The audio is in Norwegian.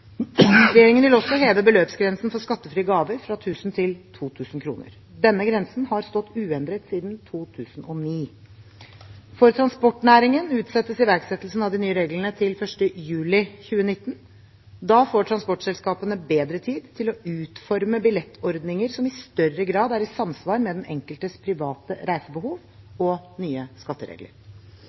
Regjeringen vil også heve beløpsgrensen for skattefrie gaver fra 1 000 kr til 2 000 kr. Denne grensen har stått uendret siden 2009. For transportnæringen utsettes iverksettelsen av de nye reglene til 1. juli 2019. Da får transportselskapene bedre tid til å utforme billettordninger som i større grad er i samsvar med den enkeltes private reisebehov og nye skatteregler.